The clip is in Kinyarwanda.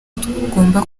tugomba